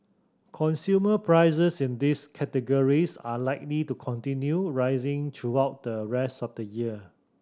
consumer prices in these categories are likely to continue rising throughout the rest of the year